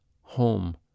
home